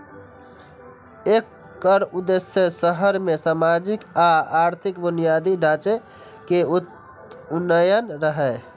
एकर उद्देश्य शहर मे सामाजिक आ आर्थिक बुनियादी ढांचे के उन्नयन रहै